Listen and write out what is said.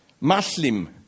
Muslim